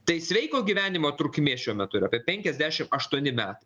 tai sveiko gyvenimo trukmė šiuo metu yra apie penkiasdešim aštuoni metai